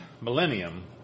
millennium